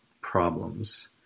problems